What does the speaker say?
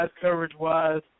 coverage-wise